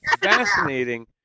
fascinating